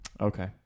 Okay